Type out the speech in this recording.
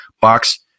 Box